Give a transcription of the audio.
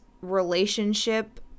relationship